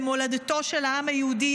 במולדתו של העם היהודי,